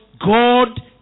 God